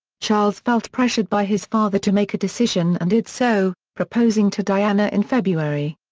charles felt pressured by his father to make a decision and did so, proposing to diana in february.